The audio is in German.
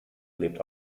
lebt